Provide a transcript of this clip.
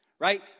right